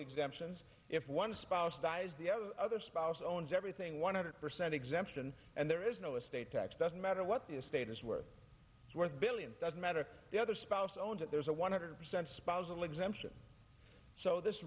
exemptions if one spouse dies the other spouse owns everything one hundred percent exemption and there is no estate tax doesn't matter what the status were worth billions doesn't matter the other spouse owns it there's a one hundred percent spousal exemption so this